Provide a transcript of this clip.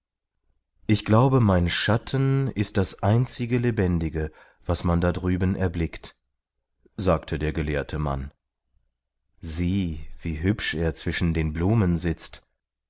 ich glaube mein schatten ist das einzige lebendige was man da drüben erblickt sagte der gelehrte mann sieh wie hübsch er zwischen den blumen sitzt